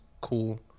cool